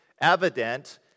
evident